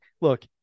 look